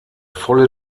volle